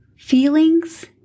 Feelings